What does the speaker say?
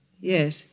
Yes